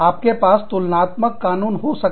आपके पास तुलनात्मक कानून हो सकते है